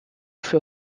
für